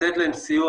לתת להן סיוע